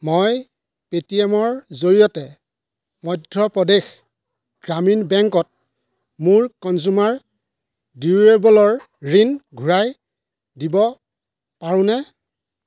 মই পে'টিএমৰ জৰিয়তে মধ্য প্ৰদেশ গ্ৰামীণ বেংকত মোৰ কঞ্জ্যুমাৰ ডিউৰেবলৰ ঋণ ঘূৰাই দিব পাৰোনে